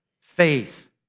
Faith